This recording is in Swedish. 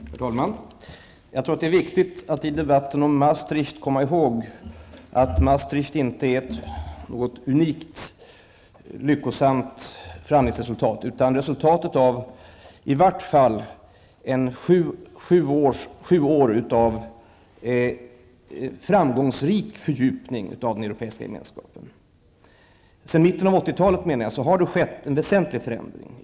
Herr talman! Jag tror att det är viktigt att i debatten om Maastricht komma ihåg att Maastrichtöverenskommelsen inte är något unikt lyckosamt förhandlingsresultat, utan resultatet av i vart fall sju år av framgångsrik fördjupning av den europeiska gemenskapen. Sedan mitten av 80-talet menar jag att det har skett en väsentlig förändring.